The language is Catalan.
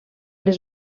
les